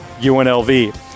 UNLV